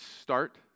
start